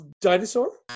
dinosaur